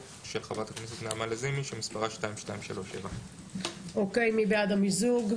של חברת הכנסת נעמה לזימי שמספרה 2237. מי בעד המיזוג?